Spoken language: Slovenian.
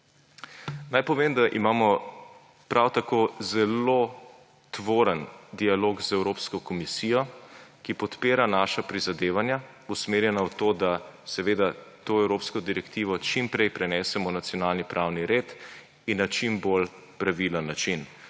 Naj povem, da imamo prav tako zelo tvoren dialog z Evropsko komisijo, ki podpira naša prizadevanja, usmerjena v to, da seveda to evropsko direktivo čim prej prenesemo v nacionalni pravni red in na čim bolj pravilen način,